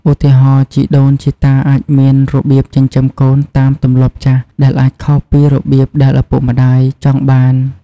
ឧទាហរណ៍ ជីដូនជីតាអាចមានរបៀបចិញ្ចឹមកូនតាមទម្លាប់ចាស់ ដែលអាចខុសពីរបៀបដែលឪពុកម្តាយចង់បាន។